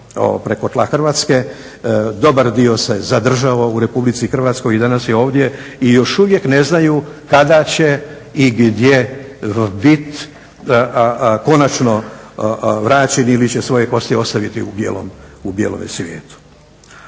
preko tla Hrvatske, dobar dio se zadržao u RH i danas je ovdje i još uvijek ne znaju kada će i gdje biti konačno vraćeni ili će svoje kosti ostaviti u bijelome svijetu.